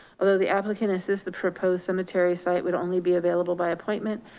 although the applicant assists the proposed cemetery site would only be available by appointment,